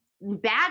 bad